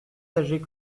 âgée